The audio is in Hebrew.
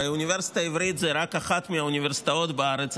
הרי האוניברסיטה העברית היא רק אחת מהאוניברסיטאות בארץ.